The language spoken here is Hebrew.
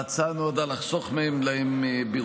ההצעה נועדה לחסור מהם ביורוקרטיה,